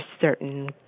certain